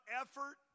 effort